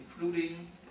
including